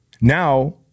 now